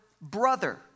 brother